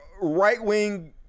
right-wing